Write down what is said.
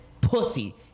Pussy